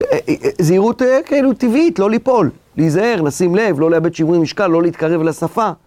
זהירות כאילו טבעית, לא ליפול, להיזהר, לשים לב, לא לאבד שיווי משקל, לא להתקרב לשפה.